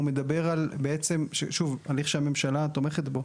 הוא מדבר על בעצם, שוב, הליך שהממשלה תומכת בו.